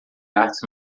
artes